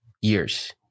years